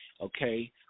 okay